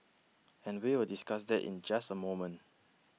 and we will discuss that in just a moment